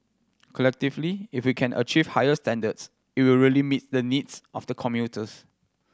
collectively if we can achieve higher standards it will really meet the needs of the commuters